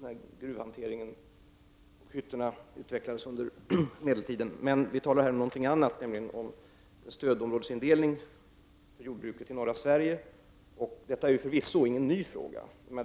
när gruvhanteringen och hyt torna utvecklades under medeltiden. Men vi talar här om någonting annat, nämligen stödområdesindelning för jordbruket i norra Sverige. Detta är förvisso inte någon ny fråga.